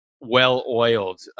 well-oiled